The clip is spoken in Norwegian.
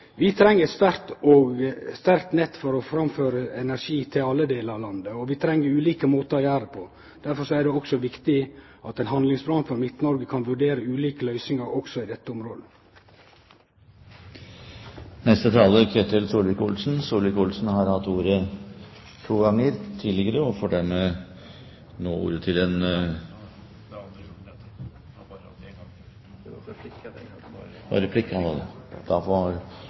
Vi treng eit sterkt nett for å få fram energi til alle delar av landet, og vi treng ulike måtar å gjere det på. Derfor er det også viktig at ein handlingsplan for Midt-Noreg kan vurdere ulike løysingar i dette området. Jeg synes denne debatten eksemplifiserer litt av det hele demokratidebatten i Norge har